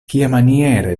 kiamaniere